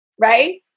right